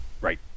right